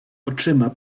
oczyma